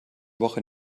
woche